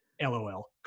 LOL